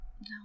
No